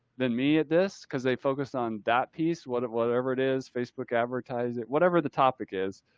than me at this cause they focused on that piece, whatever whatever it is, facebook, advertise it, whatever the topic is,